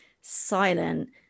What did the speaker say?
silent